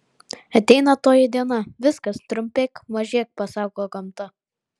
ateina toji diena viskas trumpėk mažėk pasako gamta